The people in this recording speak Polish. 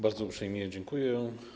Bardzo uprzejmie dziękuję.